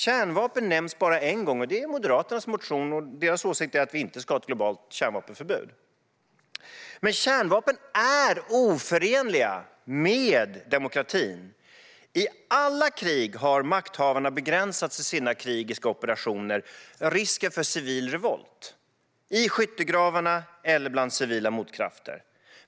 Kärnvapen nämns bara en gång, och det är i Moderaternas motion. Deras åsikt är att vi inte ska ha ett globalt kärnvapenförbud. Men kärnvapen är oförenliga med demokratin. I alla krig har makthavarna begränsats i sina krigiska operationer av risken för civil revolt i skyttegravarna eller bland civila motkrafter.